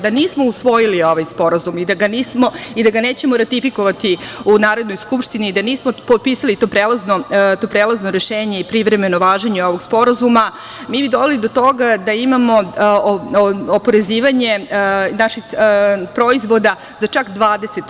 Da nismo usvojili ovaj sporazum i da ga nećemo ratifikovati u Narodnoj skupštini i da nismo potpisalo to prelazno rešenje i privremeno važenje ovog sporazuma, mi bi doveli do toga da imamo oporezivanje proizvoda za čak 20%